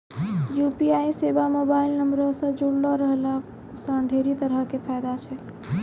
UPI सेबा mobile नंबरो से जुड़लो रहला से ढेरी तरहो के फायदा छै